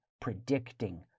predicting